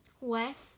West